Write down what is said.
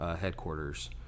headquarters